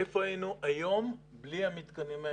איפה היינו היום בלי המתקנים האלה?